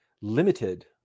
limited